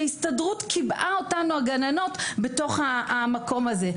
שההסתדרות קיבעה אותנו הגננות בתוך המקום הזה,